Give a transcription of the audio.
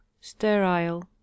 sterile